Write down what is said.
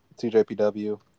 TJPW